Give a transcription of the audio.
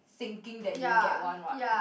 thinking that you will get one what